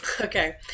Okay